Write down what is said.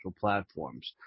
platforms